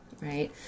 right